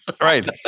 Right